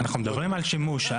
אנחנו מדברים על שימוש.